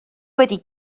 wedi